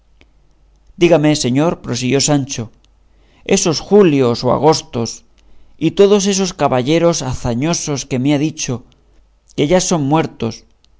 dígame señor prosiguió sancho esos julios o agostos y todos esos caballeros hazañosos que ha dicho que ya son muertos